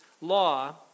law